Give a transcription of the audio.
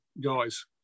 guys